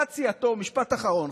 משפט אחרון,